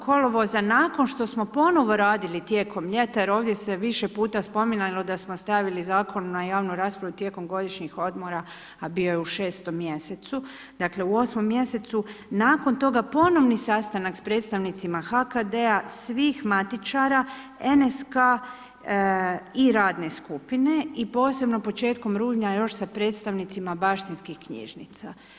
28. kolovoza nakon što smo ponovo radili tijekom ljeta jer ovdje se više puta spominjalo da smo stavili zakon na javnu raspravu tijekom godišnjih odmora a bio je u 6. mjesecu, dakle u 8. mjesecu, nakon toga ponovni sastanak sa predstavnicima HKD-a, svih matičara, NSK i radne skupine i posebno početkom rujna još sa predstavnicima baštinskih knjižnica.